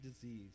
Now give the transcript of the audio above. disease